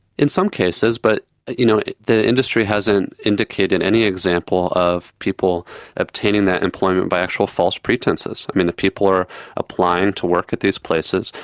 in some cases, but you know the industry hasn't indicated any example of people obtaining that employment by actual false pretences. i mean, the people are applying to work at these places,